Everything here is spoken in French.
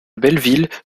belleville